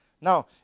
Now